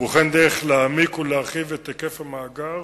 ובוחן דרך להעמיק ולהרחיב את היקף המאגר.